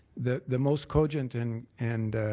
the the most cogent and and